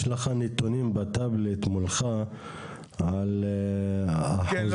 נתונים בטאבלט מולך על אחוזים.